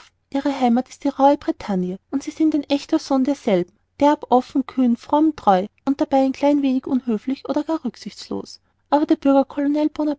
ihre heimat ist die rauhe bretagne und sie sind ein ächter sohn derselben derb offen kühn fromm treu und dabei ein klein wenig unhöflich oder gar rücksichtslos aber der bürger